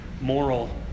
moral